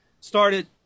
started –